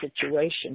situation